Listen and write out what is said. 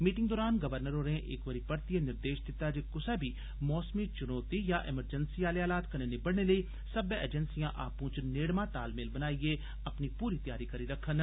meeting दरान governor होरें इक बारी परतियें निर्देश दित्ता जे कुसै बी मौसमी चुनोती जां इमरजंसी आले हालात कन्ने निबड़ने लेई सब्बै एजेंसियां आपु च नेड़मा तालमेल बनाईयें अपनी पूरी तैयारी रक्खन